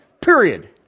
Period